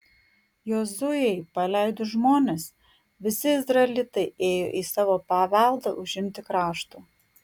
jozuei paleidus žmones visi izraelitai ėjo į savo paveldą užimti krašto